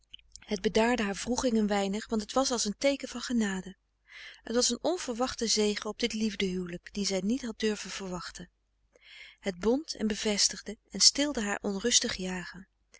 het bedaarde haar wroeging een weinig want het was als een teeken van genade het was een onverwachte zegen op dit liefde huwelijk dien zij niet hadden durven verwachten het bond en bevestigde en stilde haar onrustig jagen